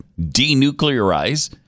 denuclearize